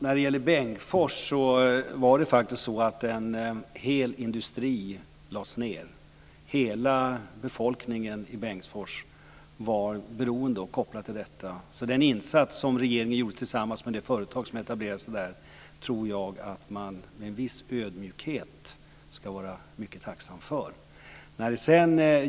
Fru talman! I Bengtsfors lades faktiskt en hel industri ned. Hela befolkningen i Bengtsfors var beroende och kopplad till detta, så den insats som regeringen gjorde tillsammans med det företag som etablerade sig där tror jag att man med en viss ödmjukhet ska vara mycket tacksam för.